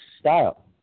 style